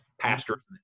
pastors